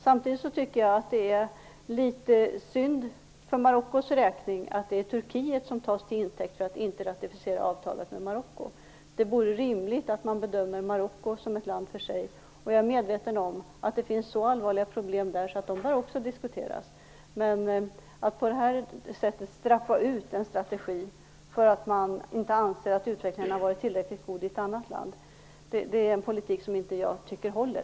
Samtidigt tycker jag att det är litet synd för Marockos räkning att det är Turkiet som tas till intäkt för att inte ratificera avtalet med Marocko. Det vore rimligt att man bedömer Marocko som ett land för sig, och jag är medveten om att det där finns allvarliga problem som också bör diskuteras. Men att på det här sättet straffa ut en strategi därför att man inte anser att utvecklingen har varit tillräckligt god i ett annat land är en politik som jag inte tycker håller.